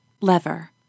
Lever